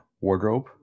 wardrobe